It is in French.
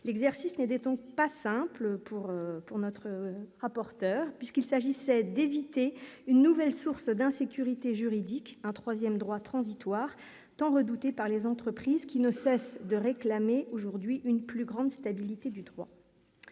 l'exercice des des donc pas simple pour pour notre rapporteur, puisqu'il s'agissait d'éviter une nouvelle source d'insécurité juridique un 3ème droit transitoire tant redoutée par les entreprises qui ne cesse de réclamer aujourd'hui une plus grande stabilité du droit